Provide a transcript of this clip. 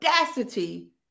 audacity